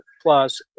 plus